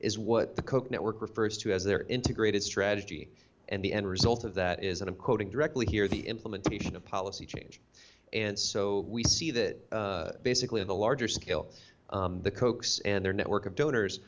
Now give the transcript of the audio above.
is what the koch network refers to as their integrated strategy and the end result of that is and i'm quoting directly here the implementation of policy change and so we see that basically in the larger scale the koch's and their network of donors